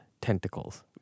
tentacles